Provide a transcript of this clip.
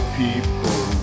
people